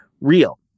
real